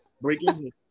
breaking